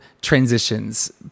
transitions